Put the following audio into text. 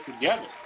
together